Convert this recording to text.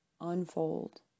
unfold